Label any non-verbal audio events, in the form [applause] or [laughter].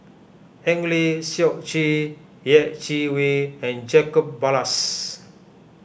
[noise] Eng Lee Seok Chee Yeh Chi Wei and Jacob Ballas